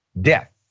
death